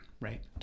right